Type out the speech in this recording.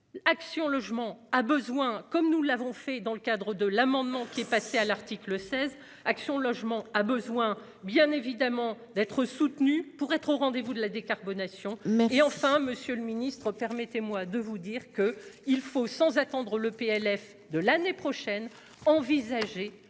Action Logement a besoin, comme nous l'avons fait dans le cadre de l'amendement, qui est passé à l'article 16 Action Logement a besoin bien évidemment d'être soutenu pour être au rendez-vous de la décarbonation, mais enfin Monsieur le Ministre, permettez-moi de vous dire que, il faut sans attendre le PLF de l'année prochaine, envisager